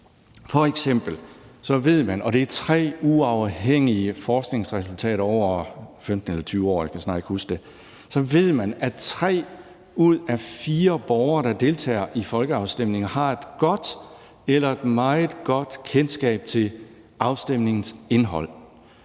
ikke huske det – at tre ud af fire borgere, der deltager i folkeafstemninger, har et godt eller et meget godt kendskab til afstemningens indhold.